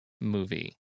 movie